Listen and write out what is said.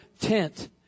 tent